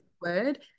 word